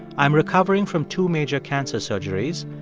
i'm recovering from two major cancer surgeries.